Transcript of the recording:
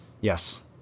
Yes